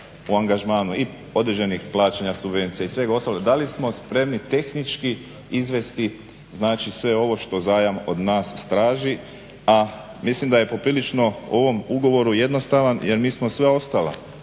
u angažmanu i određenih plaćanja subvencija i svega ostalog. Da li smo spremni tehnički izvesti znači sve ovo što zajam od nas traži, a mislim da je poprilično u ovom ugovoru jednostavan jer mi smo sve ostale